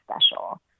special